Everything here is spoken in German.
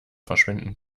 verschwinden